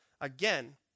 again